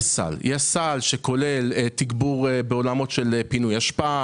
יש סל שכולל תגבור בעולמות של פינוי אשפה.